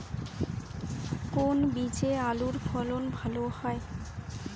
কোন বীজে আলুর ফলন ভালো হয়?